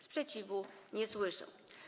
Sprzeciwu nie słyszę.